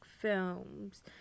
films